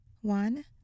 one